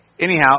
anyhow